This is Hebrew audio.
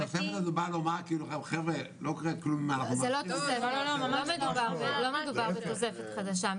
את באה לומר חבר'ה לא קורה כלום אם אנחנו- -- לא מדובר בתוספת חדשה,